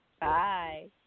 Bye